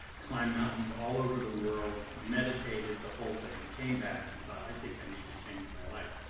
climbed mountains all over the world, meditated, the whole thing. came back and thought, i think i need to change my life.